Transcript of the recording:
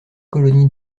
colonies